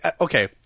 okay